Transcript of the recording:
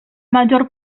maggior